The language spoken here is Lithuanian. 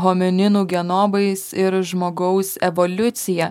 homininų genobais ir žmogaus evoliucija